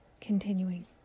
Continuing